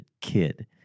kid